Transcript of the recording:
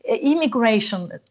immigration